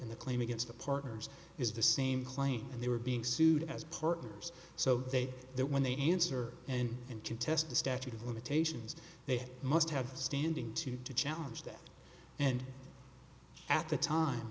the claim against the partners is the same claim and they were being sued as partners so they that when they answer and and contest the statute of limitations they must have standing to to challenge that and at the time